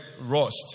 rust